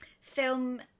Film